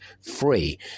free